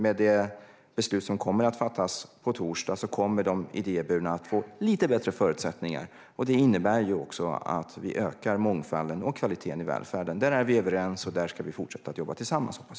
Med det beslut som kommer att fattas på torsdag kommer de idéburna aktörerna att få lite bättre förutsättningar. Det innebär också att vi ökar mångfalden och kvaliteten i välfärden. Där är vi överens, och där ska vi fortsätta att jobba tillsammans.